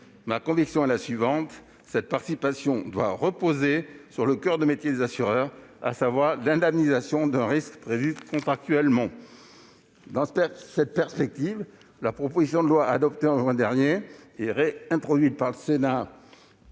Ma conviction est la suivante : cette participation doit reposer sur le coeur de métier des assureurs, à savoir l'indemnisation d'un risque prévue contractuellement. Dans cette perspective, la proposition de loi adoptée le 2 juin dernier et introduite par le Sénat